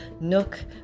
nook